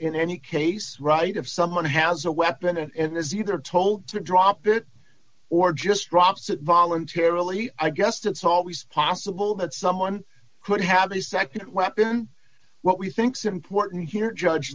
in any case right if someone has a weapon and is either told to drop it or just drops it voluntarily i guess it's always possible that someone could have a nd weapon what we think's important here judge